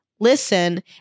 Listen